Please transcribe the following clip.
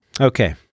okay